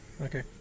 Okay